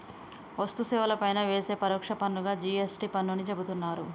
వస్తు సేవల పైన వేసే పరోక్ష పన్నుగా జి.ఎస్.టి పన్నుని చెబుతున్నరు